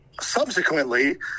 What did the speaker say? subsequently